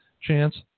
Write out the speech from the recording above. chance